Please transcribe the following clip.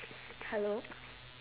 hello